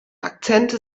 akzente